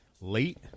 late